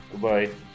Goodbye